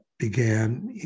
Began